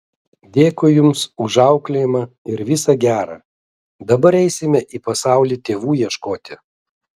dėkui jums už auklėjimą ir visa gera dabar eisime į pasaulį tėvų ieškoti